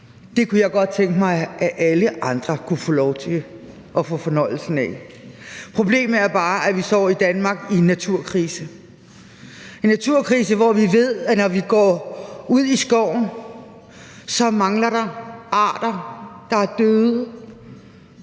– kunne jeg godt tænke mig at alle andre kunne få lov til at få fornøjelsen af. Problemet er bare, at vi i Danmark står i en naturkrise. Det er en naturkrise, hvor vi ved, at når vi går ud i skoven, mangler der arter. De er døde,